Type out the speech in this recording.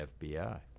FBI